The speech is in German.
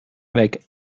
weg